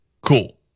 Cool